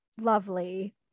lovely